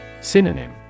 Synonym